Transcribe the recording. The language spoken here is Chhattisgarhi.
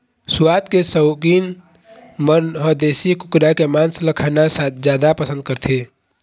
सुवाद के सउकीन मन ह देशी कुकरा के मांस ल खाना जादा पसंद करथे